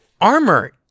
armor